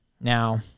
Now